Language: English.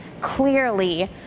clearly